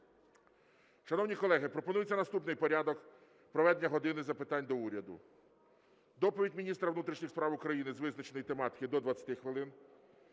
Шановні колеги, пропонується наступний порядок проведення "години запитань до Уряду": доповідь міністра внутрішніх справ України з визначеної тематики – до 20 хвилин,